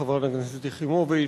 חברת הכנסת יחימוביץ,